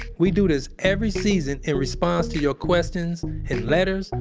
we do this every season in response to your questions in letters,